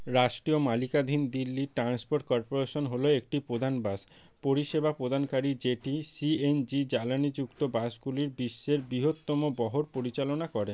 রাষ্ট্রীয় মালিকাধীন Delhi transport corporation হলো একটি প্রধান বাস পরিষেবা প্রদানকারী যেটি সিএনজি জ্বালানিযুক্ত বাসগুলির বিশ্বের বৃহত্তম বহর পরিচালনা করে